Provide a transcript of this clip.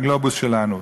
הגלובוס שלנו,